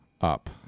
up